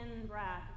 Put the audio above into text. in-breath